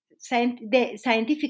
scientific